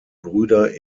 brüder